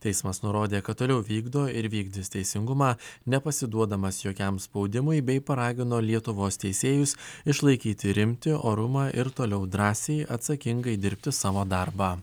teismas nurodė kad toliau vykdo ir vykdys teisingumą nepasiduodamas jokiam spaudimui bei paragino lietuvos teisėjus išlaikyti rimtį orumą ir toliau drąsiai atsakingai dirbti savo darbą